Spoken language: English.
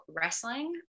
wrestling